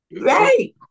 Right